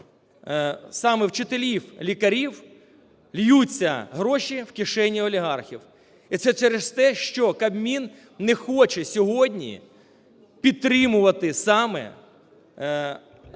саме вчителів, лікарів ллються гроші в кишені олігархів. І це через те, що Кабмін не хоче сьогодні підтримувати саме тих,